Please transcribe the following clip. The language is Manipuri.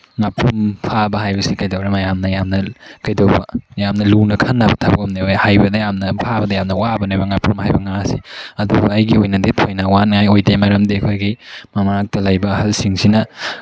ꯉꯥꯄ꯭ꯔꯨꯝ ꯐꯥꯕ ꯍꯥꯏꯕꯁꯤ ꯀꯩꯗꯧꯔꯦ ꯃꯌꯥꯝꯅ ꯌꯥꯝꯅ ꯀꯩꯗꯧꯕ ꯌꯥꯝꯅ ꯂꯨꯅ ꯈꯟꯅꯕ ꯊꯕꯛ ꯑꯃꯅꯦꯕ ꯍꯩꯕꯗ ꯌꯥꯝꯅ ꯐꯥꯕꯗ ꯌꯥꯝꯅ ꯌꯥꯕꯅꯦꯕ ꯉꯥꯄ꯭ꯔꯨꯝ ꯍꯥꯏꯕ ꯉꯥ ꯑꯁꯦ ꯑꯗꯨꯕꯨ ꯑꯩꯒꯤ ꯑꯣꯏꯅꯗꯤ ꯊꯣꯏꯅ ꯋꯥꯅꯤꯡꯉꯥꯏ ꯑꯣꯏꯗꯦ ꯃꯔꯝꯗꯤ ꯑꯩꯈꯣꯏꯒꯤ ꯃꯅꯥꯀꯇ ꯂꯩꯕ ꯑꯍꯜꯁꯤꯡꯁꯤꯅ